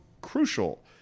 crucial